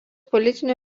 politinių